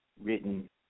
written